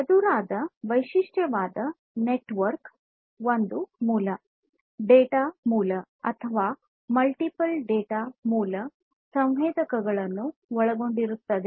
ಎದುರಾದ ವಿಶಿಷ್ಟವಾದ ನೆಟ್ವರ್ಕ್ ಒಂದು ಡೇಟಾ ಮೂಲ ಅಥವಾ ಮಲ್ಟಿಪಲ್ ಡೇಟಾ ಮೂಲ ಸಂವೇದಕಗಳನ್ನು ಒಳಗೊಂಡಿರುತ್ತದೆ